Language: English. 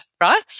right